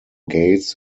gates